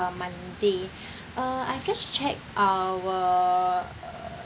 uh monday uh I've just checked our